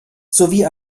sowie